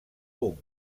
punk